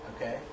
okay